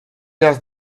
just